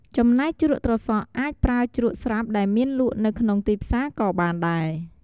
ចំណែកជ្រក់ត្រសក់ អាចប្រើជ្រក់ស្រាប់ដែលមានលក់នៅក្នុងទីផ្សារក៏បានដែរ។